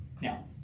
Now